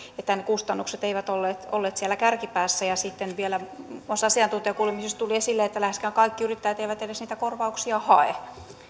tämän kustannukset eivät olleet olleet siellä kärkipäässä sitten vielä myös asiantuntijakuulemisessa tuli esille että läheskään kaikki yrittäjät eivät niitä korvauksia edes hae